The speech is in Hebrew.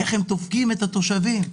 איך לדפוק את התושבים,